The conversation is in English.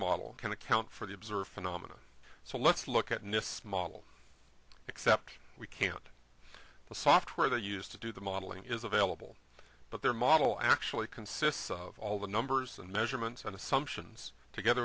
model can account for the observed phenomena so let's look at nist model except we can't the software they use to do the modeling is available but their model actually consists of all the numbers and measurements and assumptions together